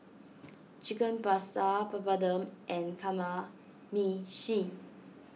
Chicken Pasta Papadum and Kamameshi